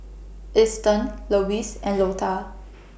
Easton Lewis and Lotta